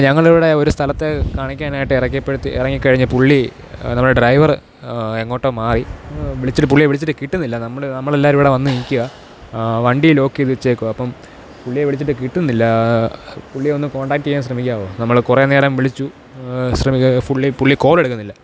ഞങ്ങളിവിടെ ഒരു സ്ഥലത്ത് കാണിക്കാനായിട്ട് ഇറക്കിയപ്പഴ്ത്തെ ഇറങ്ങിക്കഴിഞ്ഞ് പുള്ളി നമ്മടെ ഡ്രൈവര് എങ്ങോട്ടോ മാറി വിളിച്ചിട്ട് പുള്ളിയെ വിളിച്ചിട്ട് കിട്ടുന്നില്ല നമ്മള് നമ്മളെല്ലാരൂം ഇവിടെ വന്ന് നില്ക്കുകയാണ് വണ്ടി ലോക്കെയ്ത് വച്ചേക്കുകയാണ് അപ്പോള് പുള്ളിയെ വിളിച്ചിട്ട് കിട്ടുന്നില്ല പുള്ളിയെ ഒന്ന് കോൺടാക്റ്റെയ്യാൻ ശ്രമിക്കാമോ നമ്മള് കുറേ നേരം വിളിച്ചു ഫുള്ളി പുള്ളി കോളെടുക്കുന്നില്ല